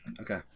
Okay